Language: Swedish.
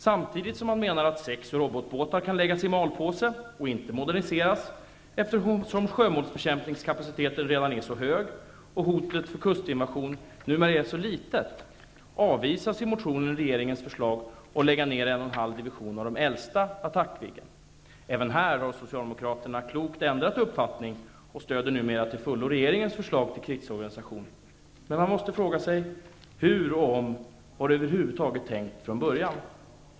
Samtidigt som man menar att sex robotbåtar kan läggas i malpåse -- och inte moderniseras -- eftersom sjömålsbekämpningskapaciteten redan är så hög och hotet om kustinvasion numera är så litet, avvisas i motionen regeringens förslag att lägga ned en och en halv division av de äldsta Attackviggen. Även här har Socialdemokraterna klokt nog ändrat uppfattning och stöder numera till fullo regeringens förslag till krigsorganisation. Men man måste fråga sig: Hur, och om, var det över huvud taget tänkt från början?